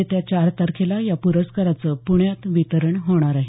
येत्या चार तारखेला या प्रस्काराचं प्रण्यात वितरण होणार आहे